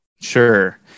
Sure